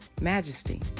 majesty